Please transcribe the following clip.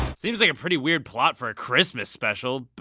seems like a pretty weird plot for a christmas special, but.